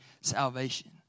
salvation